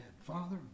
Father